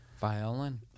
Violin